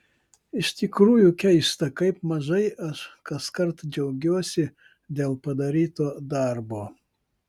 iš tikrųjų keista kaip mažai aš kaskart džiaugiuosi dėl padaryto darbo